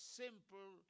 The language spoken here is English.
simple